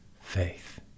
faith